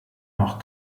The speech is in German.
noch